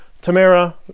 Tamara